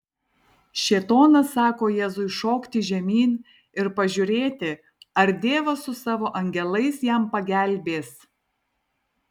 šėtonas sako jėzui šokti žemyn ir pažiūrėti ar dievas su savo angelais jam pagelbės